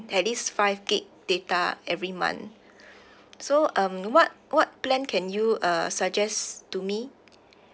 at least five gig data every month so um what what plan can you uh suggest to me